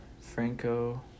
Franco